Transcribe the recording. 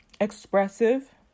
expressive